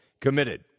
committed